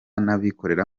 n’abikorera